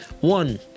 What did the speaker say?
One